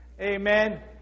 Amen